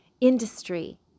industry